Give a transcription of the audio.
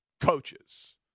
coaches